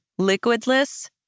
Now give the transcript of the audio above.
liquidless